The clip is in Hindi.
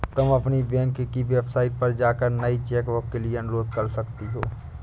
तुम अपनी बैंक की वेबसाइट पर जाकर नई चेकबुक के लिए अनुरोध कर सकती हो